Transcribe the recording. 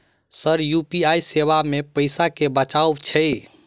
Sir UPI सेवा मे पैसा केँ बचाब छैय?